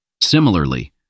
Similarly